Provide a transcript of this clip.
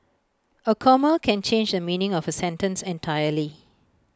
A comma can change the meaning of A sentence entirely